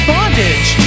Bondage